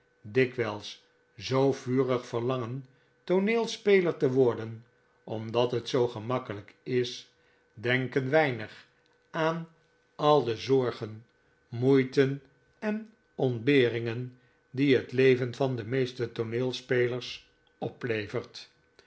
dikwijls zoo vurig verlangen tooneelspeler te worden omdat hetzoo gemakkelijk is denken weinig aan aide zorgen moeiten en ontberingen die het leven van de meeste tooneelspelers oplevert